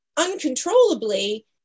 uncontrollably